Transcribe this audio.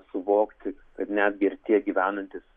suvokti kad netgi ir tie gyvenantys